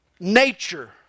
Nature